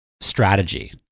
strategy